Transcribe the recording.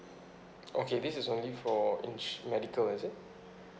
okay this is only for insu~ medical is it